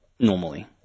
Normally